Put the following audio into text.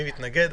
מי מתנגד?